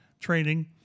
training